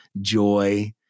joy